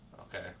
Okay